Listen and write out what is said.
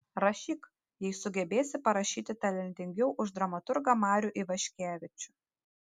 rašyk jei sugebėsi parašyti talentingiau už dramaturgą marių ivaškevičių